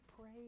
pray